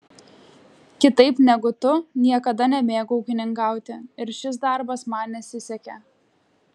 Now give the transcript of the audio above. kitaip negu tu niekada nemėgau ūkininkauti ir šis darbas man nesisekė